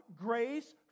grace